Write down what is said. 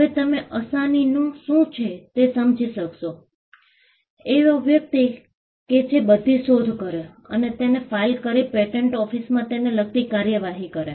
હવે તમે અસાનીનું શું છે તે સમજી શકશો એવો વ્યક્તિ કે જે બધી શોધ કરે અને તેને ફાઇલ કરીને પેટન્ટ ઓફિસમાં તેને લાગતી કાર્યવાહી કરે